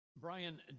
Brian